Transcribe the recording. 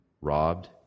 robbed